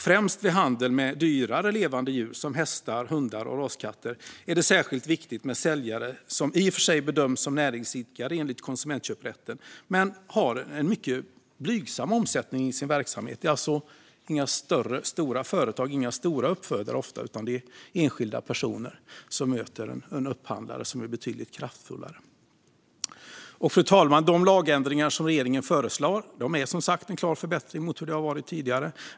Främst vid handel med dyrare levande djur, som hästar, hundar och raskatter, är det särskilt viktigt med säljare som i och för sig bedöms som näringsidkare enligt konsumentköprätten men har en mycket blygsam omsättning i sin verksamhet. Det är ofta inte några stora företag och stora uppfödare, utan det är enskilda personer som möter en upphandlare som är betydligt kraftfullare. Fru talman! De lagändringar som regeringen föreslår är, som sagt, en klar förbättring mot hur det har varit tidigare.